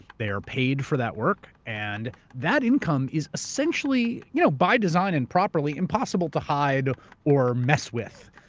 they are paid for that work, and that income is essentially you know by design and properly impossible to hide or mess with,